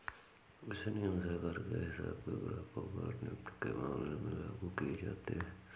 कुछ नियम सरकार के हिसाब से ग्राहकों पर नेफ्ट के मामले में लागू किये जाते हैं